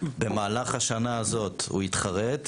במהלך השנה הזאת הוא התחרט,